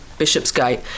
Bishopsgate